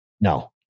No